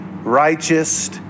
righteous